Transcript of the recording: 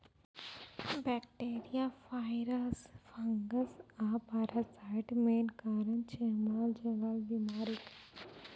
bacteria, virus, fungus आ parasite main कारक छै मालजालक बेमारीक